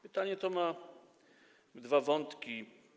Pytanie to ma dwa wątki.